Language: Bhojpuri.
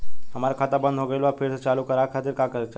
हमार खाता बंद हो गइल बा फिर से चालू करा खातिर का चाही?